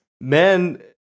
Men